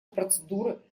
процедуры